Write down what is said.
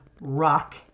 rock